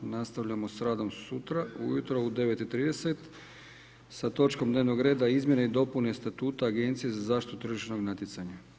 Nastavljamo s radom sutra ujutro u 9,30h sa točkom dnevnog reda Izmjene i dopune statuta Agencije za zaštitu tržišnog natjecanja.